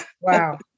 Wow